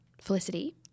Felicity